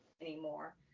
anymore